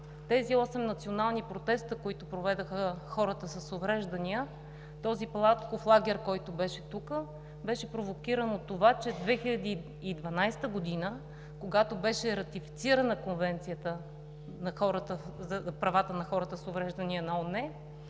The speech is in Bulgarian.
тези осем национални протеста, които проведоха хората с увреждания, този палатков лагер, който беше тук, беше провокиран от това, че през 2012 г., когато беше ратифицирана Конвенцията за правата на хората с увреждания на ООН,